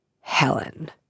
Helen